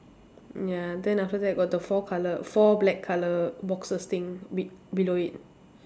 ya then after that got the four colour four black colour boxes thing be~ below it